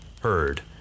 heard